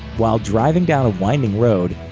while driving down a winding road,